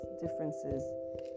differences